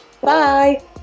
Bye